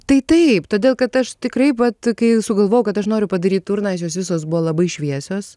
tai taip todėl kad aš tikrai vat kai sugalvojau kad aš noriu padaryt urną nes jos visos buvo labai šviesios